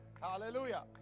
hallelujah